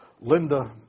Linda